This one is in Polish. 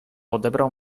odebrał